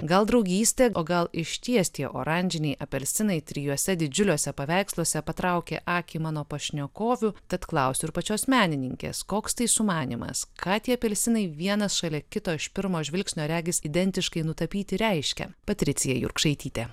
gal draugystė o gal išties tie oranžiniai apelsinai trijuose didžiuliuose paveiksluose patraukia akį mano pašnekovių tad klausiu ir pačios menininkės koks tai sumanymas ką tie apelsinai vienas šalia kito iš pirmo žvilgsnio regis identiškai nutapyti reiškia patricija jurkšaitytė